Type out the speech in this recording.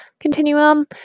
continuum